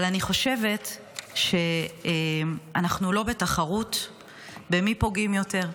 אבל אני חושבת שאנחנו לא בתחרות במי פוגעים יותר.